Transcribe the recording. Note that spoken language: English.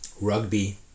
rugby